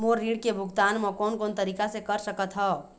मोर ऋण के भुगतान म कोन कोन तरीका से कर सकत हव?